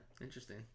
Interesting